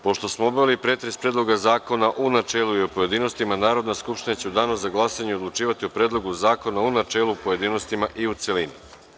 Pošto smo obavili pretres Predloga zakona u načelu i u pojedinostima, Narodna skupština će u danu za glasanje odlučivati o Predlogu zakona u načelu, pojedinostima i u celini.